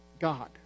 God